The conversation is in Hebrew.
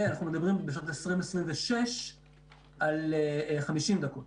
אנחנו מדברים בשנת 2026 על 50 דקות.